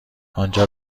آنجا